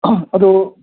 ꯑꯗꯣ